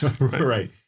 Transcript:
right